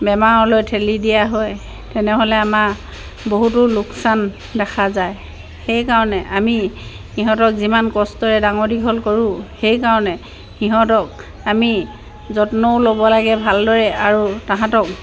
বেমাৰলৈ ঠেলি দিয়া হয় তেনেহ'লে আমাৰ বহুতো লোকচান দেখা যায় সেইকাৰণে আমি সিহঁতক যিমান কষ্টৰে ডাঙৰ দীঘল কৰোঁ সেইকাৰণে সিহঁতক আমি যত্নও ল'ব লাগে ভালদৰে আৰু তাহাঁতক